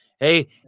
Hey